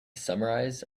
summarize